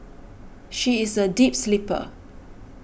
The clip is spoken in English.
she is a deep sleeper